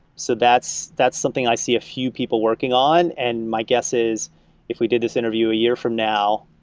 so that's that's something i see a few people working on and my guess is if we did this interview a year from now,